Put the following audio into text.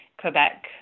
Quebec